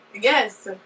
yes